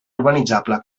urbanitzable